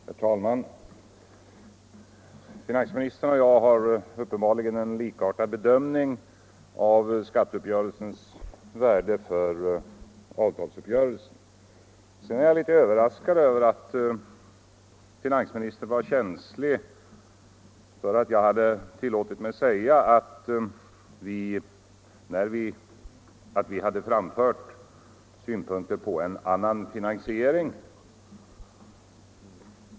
Herr talman! Finansministern och jag har uppenbarligen en likartad bedömning av skatteöverenskommelsens värde för avtalsuppgörelsen. Jag är litet överraskad över att finansministern var så känslig för att jag påminde om att vi hade framfört synpunkter på en annan finansiering.